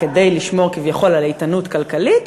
כדי לשמור כביכול על איתנות כלכלית,